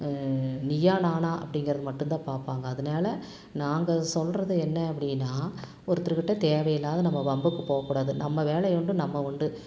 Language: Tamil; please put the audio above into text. நீயா நானா அப்டிங்கிறது மட்டுந்தான் பார்ப்பாங்க அதனால நாங்கள் சொல்கிறது என்ன அப்படின்னா ஒருத்தர்கிட்ட தேவயில்லாம நம்ம வம்புக்குப் போகக்கூடாது நம்ம வேலையுண்டு நம்ம உண்டு